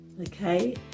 okay